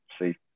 see